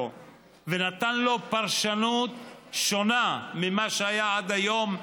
ונתן לו פרשנות שונה ממה שהיה עד היום,